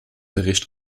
bericht